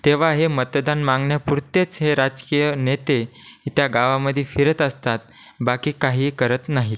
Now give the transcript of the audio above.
तेव्हा हे मतदान मागण्यापुरतेच हे राजकीय नेते त्या गावामध्ये फिरत असतात बाकी काहीही करत नाहीत